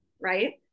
right